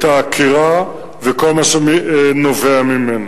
העקירה וכל מה שנובע ממנה.